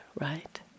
right